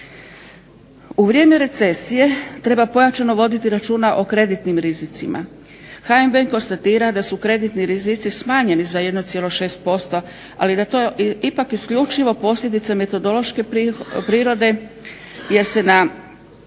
U vrijeme recesije treba pojačano voditi računa o kreditnim rizicima. HNB konstatira da su kreditni rizici smanjeni za 1,6% ali da je to ipak isključivo posljedica metodološke prirode jer se po